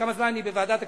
כמה זמן אני בוועדת הכספים,